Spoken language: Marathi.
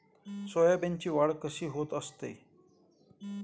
सोयाबीनची वाढ कशी होत असते?